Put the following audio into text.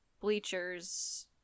bleachers